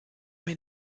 mir